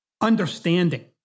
understanding